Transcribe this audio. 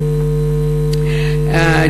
עלייה,